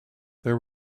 there